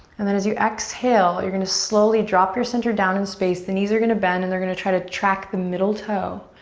and then as you exhale you're gonna slowly drop your center down in space, the knees are gonna bend and they're try to track the middle toe.